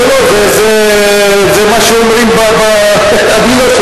לא, זה מה שאומרים, אני לא שוביניסט,